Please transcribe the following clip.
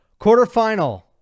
Quarterfinal